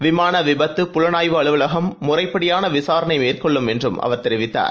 விமான விபத்து புலனாய்வு அலுவலகம் முறைப்படியான விசாரணை மேற்கொள்ளும் என்று அவர் தெரிவித்தார்